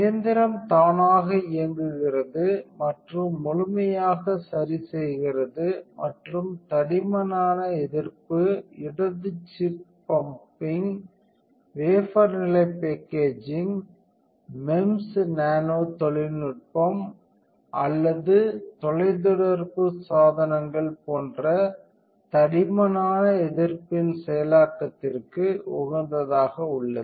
இயந்திரம் தானாக இயங்குகிறது மற்றும் முழுமையாக சரிசெய்கிறது மற்றும் தடிமனான எதிர்ப்பு இடது சிப் பம்பிங் வேபர் நிலை பேக்கேஜிங் MEMS நானோ தொழில்நுட்பம் அல்லது தொலைத்தொடர்பு சாதனங்கள் போன்ற தடிமனான எதிர்ப்பின் செயலாக்கத்திற்கு உகந்ததாக உள்ளது